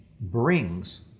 brings